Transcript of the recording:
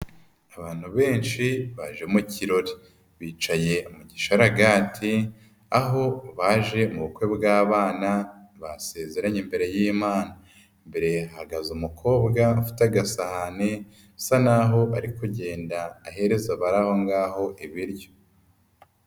Abantu benshi baje mu kirori, bicaye mu gisharagati aho baje mu bukwe bw'abana basezeranye imbere y'imana, imbere hahagaze umukobwa ufite agasahani asa naho ari kugenda ahereza abari aho ngaho ibiryo.